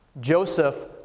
Joseph